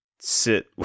sit